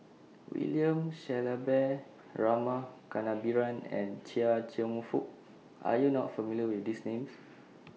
William Shellabear Rama Kannabiran and Chia Cheong Fook Are YOU not familiar with These Names